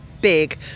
big